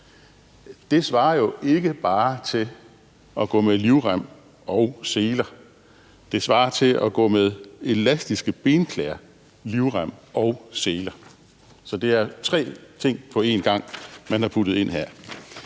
Det svarer jo ikke bare til at gå med livrem og seler; det svarer til at gå med elastiske benklæder, livrem og seler. Så det er tre ting på en gang, man har puttet ind her.